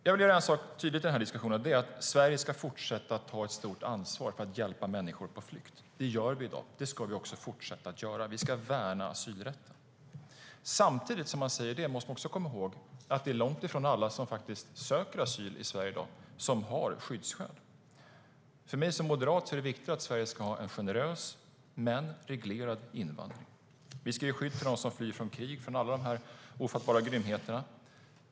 Jag vill göra en sak tydlig i den här diskussionen, och det är att Sverige ska fortsätta att ta ett stort ansvar för att hjälpa människor på flykt. Det gör vi i dag, och det ska vi också fortsätta att göra. Vi ska värna asylrätten. Men man måste också komma ihåg att det är långt ifrån alla som söker asyl i Sverige i dag som har skyddsskäl. För mig som moderat är det viktigt att Sverige har en generös men reglerad invandring. Vi ska ge skydd till dem som flyr från krig och alla ofattbara grymheter.